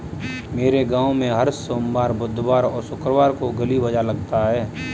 मेरे गांव में हर सोमवार बुधवार और शुक्रवार को गली बाजार लगता है